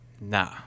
nah